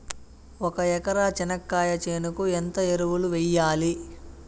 ఒక ఎకరా చెనక్కాయ చేనుకు ఎంత ఎరువులు వెయ్యాలి?